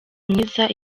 myiza